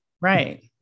right